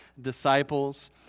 disciples